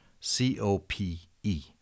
C-O-P-E